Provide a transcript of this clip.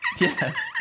yes